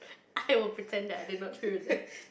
I will pretend that I did not hear that